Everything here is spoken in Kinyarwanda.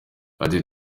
ati